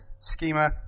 schema